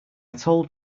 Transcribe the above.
told